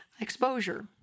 exposure